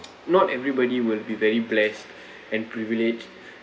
not everybody will be very blessed and privileged